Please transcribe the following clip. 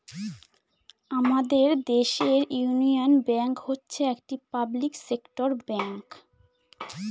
আমাদের দেশের union bank হচ্ছে একটি পাবলিক সেক্টর ব্যাঙ্ক